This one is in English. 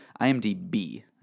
IMDb